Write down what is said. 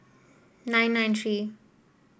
nine nine three